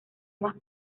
más